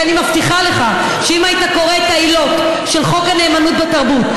כי אני מבטיחה לך שאם היית קורא את העילות של חוק הנאמנות בתרבות,